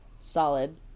Solid